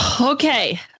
okay